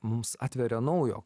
mums atveria naujo